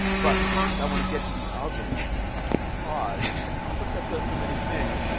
but first i want to get to the oven because the copper chef does so many things.